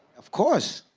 of course!